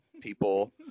people